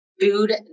food